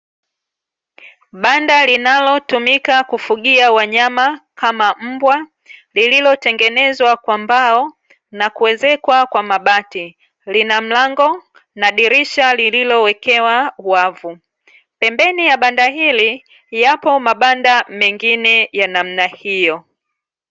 Banda linalo tumika kufugia wanyama kama mbwa, lililotengenezwa kwa mbao na kuezekwa kwa mabati, lina mlango na dirisha llililowekewa wavu. Pembeni ya banda hili yapo mabanda mengine ya namna hiyo.